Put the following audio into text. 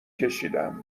کشیدم